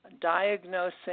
diagnosing